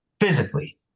Physically